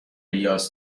ریاض